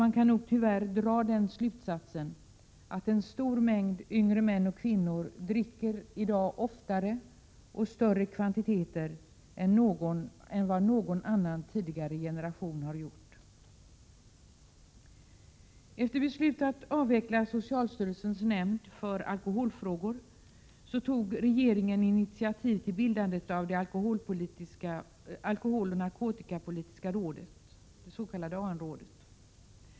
Man kan nog tyvärr dra den slutsatsen att ett stort antal yngre män och kvinnor i dag dricker oftare och större kvantiteter än vad någon annan tidigare generation har gjort. Efter beslutet om att avveckla socialstyrelsens nämnd för alkoholfrågor tog regeringen initiativ till bildandet av det alkoholoch narkotikapolitiska rådet, det s.k. AN-rådet.